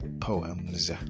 poems